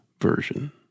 version